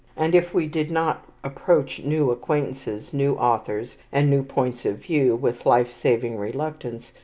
and if we did not approach new acquaintances, new authors, and new points of view with life-saving reluctance,